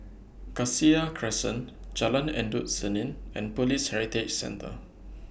Cassia Crescent Jalan Endut Senin and Police Heritage Centre